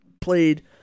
played